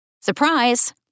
Surprise